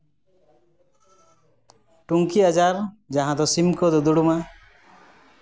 ᱴᱩᱝᱠᱤ ᱟᱡᱟᱨ ᱡᱟᱦᱟᱸ ᱫᱚ ᱥᱤᱢ ᱠᱚ ᱫᱩᱫᱽᱲᱩᱢᱟ